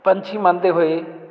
ਪੰਛੀ ਮੰਨਦੇ ਹੋਏ